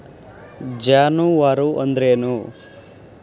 ಜಾನುವಾರು ಅಂದ್ರೇನು?